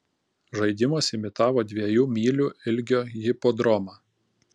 žaidimas imitavo dviejų mylių ilgio hipodromą